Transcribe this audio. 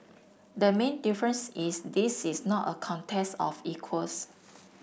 the main difference is this is not a contest of equals